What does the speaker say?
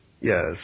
Yes